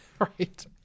Right